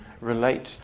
relate